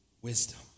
Wisdom